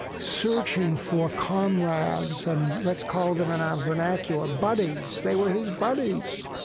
searching for comrades and, let's call them in our vernacular, buddies. they were his buddies,